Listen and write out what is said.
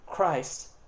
Christ